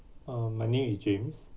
uh my name is james